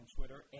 Twitter